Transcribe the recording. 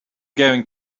going